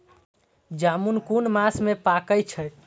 जामून कुन मास में पाके छै?